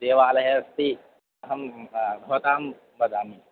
देवालयः अस्ति अहं भवतां वदामि